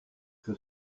que